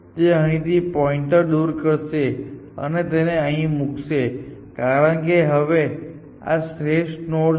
તે અહીંથી પોઇન્ટર દૂર કરશે અને તેને અહીં મૂકશે કારણ કે હવે આ શ્રેષ્ઠ નોડ છે